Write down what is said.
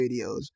videos